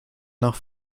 nach